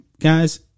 guys